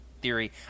theory